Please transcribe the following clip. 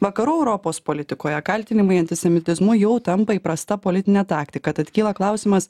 vakarų europos politikoje kaltinimai antisemitizmu jau tampa įprasta politine taktika tad kyla klausimas